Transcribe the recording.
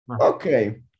Okay